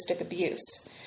abuse